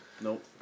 Nope